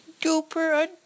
duper